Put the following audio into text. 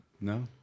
No